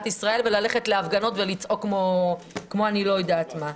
ישראל וללכת להפגנות ולצעוק כמו אני לא יודעת מה.